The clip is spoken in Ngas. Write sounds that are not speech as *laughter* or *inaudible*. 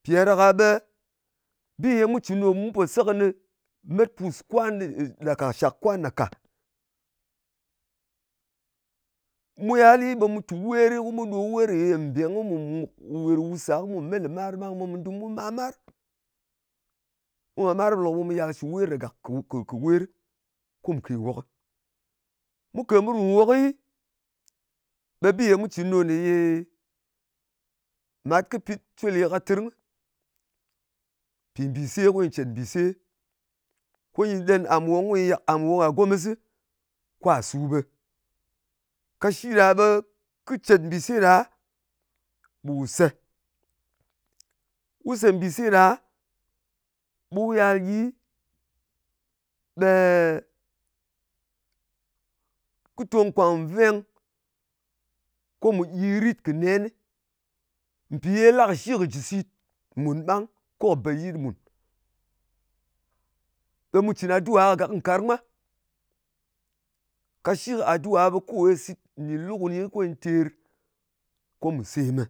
Mpì ɗa ɗak-a ɓe mu pò se kɨnɨ met pus kwan ɗa, shak kwan ɗa ka. Mu yalɨl ɓe mù tùp werɨ, ko mu ɗo wer yè mbèng, ko mù mùk wèr wùs ɗa, ko mu me lɨmar ɓang, ɓe mu ɗu māmar. Mu māmar ɓang ɓe lok ɓe mu yal shɨ wer ɗa gàk, *unintelligible* kɨ-kɨ wer ko mù kè nwokɨ. Mu kè mu ru nwokɨ, ɓe bi mu cɨ ɗo, mat kɨ pit cwele ka tɨrng mpì mbìse, ko nyɨ cèt mbise. Ko nyɨ ɗen àm wong, mko nyɨ yak àm wong gha gomɨsɨ kwà sup ɓɨ. Kashi ɗa be kɨ cet mbìse ɗa, ɓu sè. Wu sè mbìse ɗa, ɓu yal gyi, ɓe kɨ tong kwàk nveng ko mù gyi rit kɨ nen, mpì ye lakɨshi kɨ jɨ sīt mùn ɓang, ko kɨ bt yɨt mùn. Ɓe mù cɨn aduwa kɨ nkarng mwa. Kashi kɨ aduwa, ɓe kowe sīt nɗin lu kɨni ko nyɨ ter, ko mù sèmɨ.